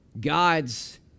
God's